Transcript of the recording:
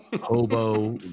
hobo